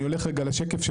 יש,